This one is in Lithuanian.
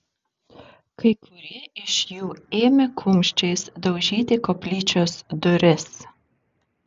kai kurie iš jų ėmė kumščiais daužyti koplyčios duris